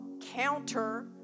counter